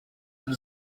that